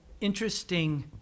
interesting